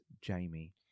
Jamie